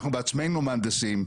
אנחנו בעצמנו מהנדסים,